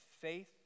faith